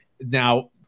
now